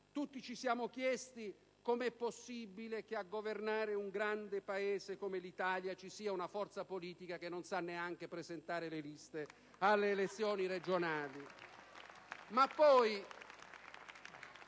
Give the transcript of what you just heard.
tutti ci siamo chiesti è stata: come è possibile che a governare un grande Paese come l'Italia ci sia una forza politica che non sa neanche presentare le liste alle elezioni regionali?